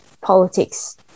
politics